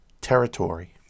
territory